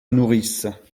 nourrice